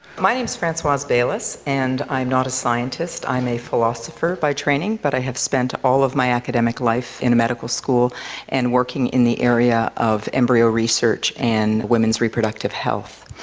my name is francoise baylis, and i'm not a scientist, i'm a philosopher by training, but i have spent all of my academic life in a medical school and working in the area of embryo research and women's reproductive health.